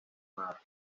nada